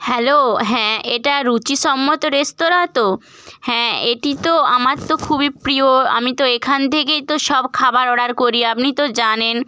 hello হ্যাঁ এটা রুচি সম্মত রেস্তরাঁ তো হ্যাঁ এটি তো আমার তো খুবই প্রিয় আমি তো এখান থেকেই তো সব খাবার অর্ডার করি আপনি তো জানেন